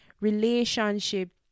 relationship